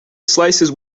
slices